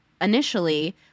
initially